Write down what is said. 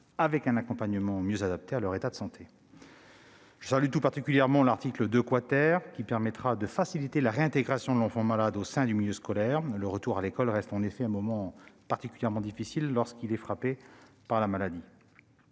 et d'un accompagnement mieux adapté à leur état de santé. Je me félicite tout particulièrement de l'article 2 , qui permettra de faciliter la réintégration de l'enfant malade en milieu scolaire. Le retour à l'école reste en effet un moment particulièrement difficile lorsque l'enfant est frappé par la maladie.